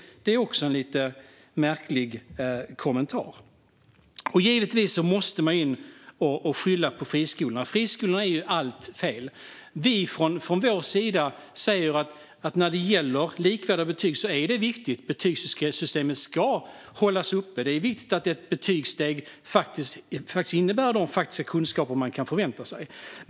Det är en lite märklig kommentar. Givetvis måste man skylla på friskolorna. Friskolorna gör allt fel. Vi från vår sida säger att likvärdiga betyg är viktigt. Betygssystemet ska upprätthållas. Det är viktigt att ett betygssteg innebär de faktiska kunskaper man kan förvänta sig.